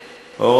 מתבלבל.